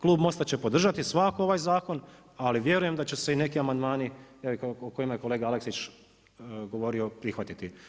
Klub MOST-a će podržati svakako ovaj zakon, ali vjerujem da će se i neki amandmani o kojima je kolega Aleksić govorio, prihvatiti.